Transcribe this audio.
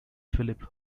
philip